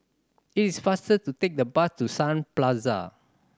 it is faster to take the bus to Sun Plaza